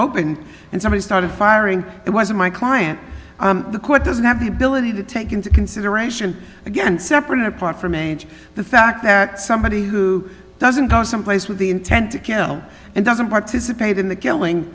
opened and somebody started firing it was my client the court doesn't have the ability to take into consideration again separate and apart from age the fact that somebody who doesn't go someplace with the intent to kill and doesn't participate in the killing